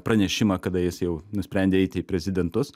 pranešimą kada jis jau nusprendė eiti į prezidentus